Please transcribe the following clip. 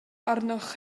arnoch